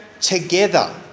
together